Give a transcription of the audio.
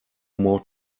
more